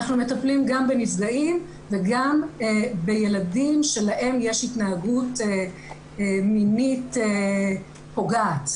אנחנו מטפלים גם בנפגעים וגם בילדים שלהם יש התנהגות מינית פוגעת.